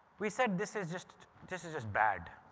we said this is just. this is just bad.